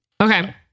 okay